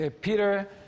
Peter